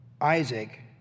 Isaac